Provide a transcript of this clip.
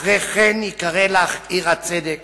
אחרי כן יקרא לך עיר הצדק